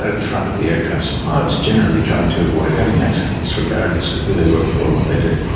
ah the front of the aircraft, so pilots generally try to avoid having accidents, regardless of who they work for or what they do.